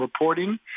reporting